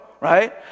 right